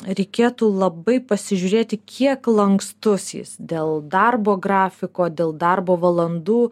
reikėtų labai pasižiūrėti kiek lankstus jis dėl darbo grafiko dėl darbo valandų